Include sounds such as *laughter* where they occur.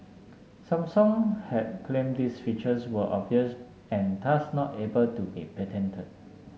*noise* Samsung had claimed these features were obvious and thus not able to be patented